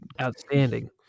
outstanding